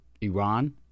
Iran